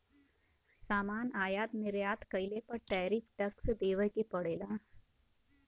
सामान आयात निर्यात कइले पर टैरिफ टैक्स देवे क पड़ेला